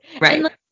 right